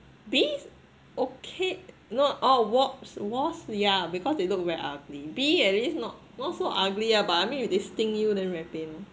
bees okay not oh wasps wasps yeah because they look very ugly bee at least not not so ugly lah but I mean if it sting you then very pain